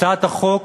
הצעת החוק